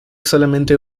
solamente